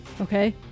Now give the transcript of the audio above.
Okay